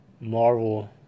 Marvel